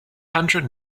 hundred